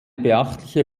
beachtliche